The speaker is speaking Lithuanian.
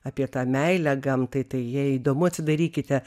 apie tą meilę gamtai tai jei įdomu atsidarykite